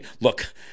look